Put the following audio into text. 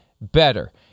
better